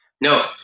No